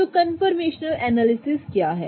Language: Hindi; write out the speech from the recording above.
तो कंफर्मेशनल एनालिसिस क्या है